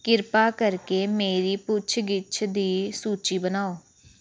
ਕਿਰਪਾ ਕਰਕੇ ਮੇਰੀ ਪੁੱਛ ਗਿੱਛ ਦੀ ਸੂਚੀ ਬਣਾਓ